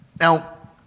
Now